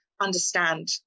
understand